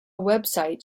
website